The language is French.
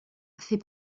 fait